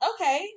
okay